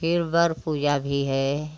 फिर वर पूजा भी है